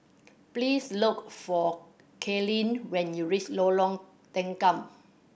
please look for Kaylene when you reach Lorong Tanggam